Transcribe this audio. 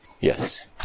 Yes